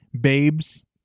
babes